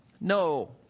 No